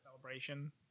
Celebration